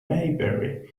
maybury